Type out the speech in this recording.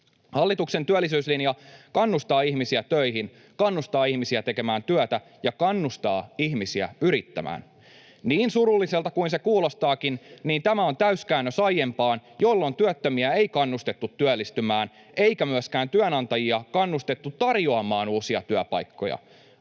Hallituksen työllisyyslinja kannustaa ihmisiä töihin, kannustaa ihmisiä tekemään työtä ja kannustaa ihmisiä yrittämään. Niin surulliselta kuin se kuulostaakin, tämä on täyskäännös aiempaan, jolloin työttömiä ei kannustettu työllistymään eikä myöskään työnantajia kannustettu tarjoamaan uusia työpaikkoja,